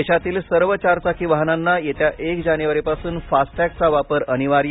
देशातील सर्व चारचाकी वाहनांना येत्या एक जानेवारीपासून फास्ट टॅगचा वापर अनिवार्य